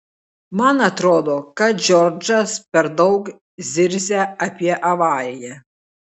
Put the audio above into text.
man atrodo kad džordžas per daug zirzia apie avariją